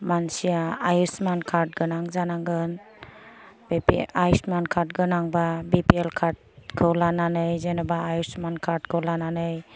मानसिआ आयुसमान कार्द गोनां जानांगोन आरो बे आयुसमान कार्द गोनां बा बिफिएल कार्दखौ लानानै जेन'बा आयुसमान कार्दखौ लानानै